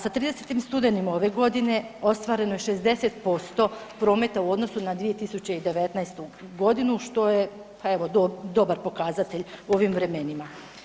Sa 30. studenim ove godine ostvareno je 60% prometa u odnosu na 2019.g. što je pa evo dobar pokazatelj u ovim vremenima.